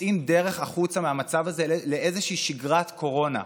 מוצאים דרך החוצה מהמצב הזה לאיזושהי שגרת קורונה,